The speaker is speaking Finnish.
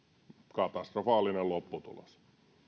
katastrofaalinen lopputulos